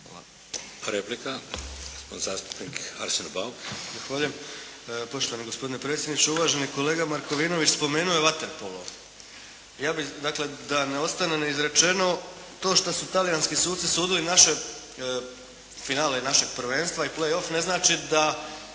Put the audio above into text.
(HDZ)** Replika. Gospodin zastupnik Arsen Bauk. **Bauk, Arsen (SDP)** Zahvaljujem poštovani gospodine predsjedniče. Uvaženi kolega Markovinović spomenuo je vaterpolo. Dakle, da ne ostane izrečeno to što su talijanski suci sudili naše finale, finale našeg prvenstva i play off ne znači da